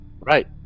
Right